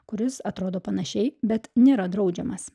kuris atrodo panašiai bet nėra draudžiamas